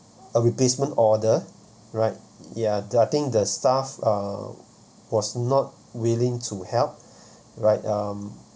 a replacement order right ya I think the staff uh was not willing to help right um